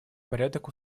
порядок